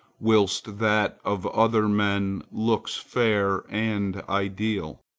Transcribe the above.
whilst that of other men looks fair and ideal.